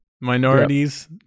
Minorities